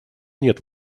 нет